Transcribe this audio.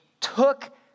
took